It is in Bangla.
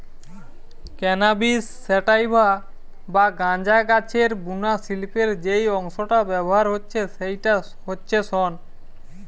ক্যানাবিস স্যাটাইভা বা গাঁজা গাছের বুনা শিল্পে যেই অংশটা ব্যাভার হচ্ছে সেইটা হচ্ছে শন